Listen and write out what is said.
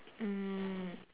mm